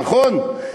נכון?